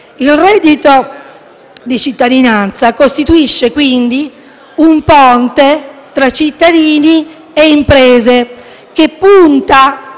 Il reddito di cittadinanza costituisce quindi un ponte tra cittadini e imprese, che punta